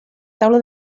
taula